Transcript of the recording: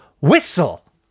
whistle